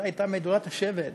זאת הייתה מדורת השבט